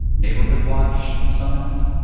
neighborhood watch signs.